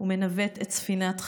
ומנווט את ספינת חייהם.